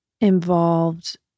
involved